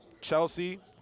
Chelsea